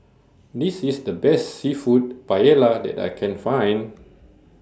This IS The Best Seafood Paella that I Can Find